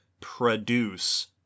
produce